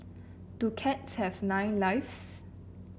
do cats have nine lives